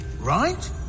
right